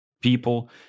people